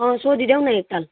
अँ सोधिदेउ न एकताल